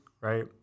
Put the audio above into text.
right